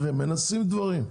ונעשים דברים.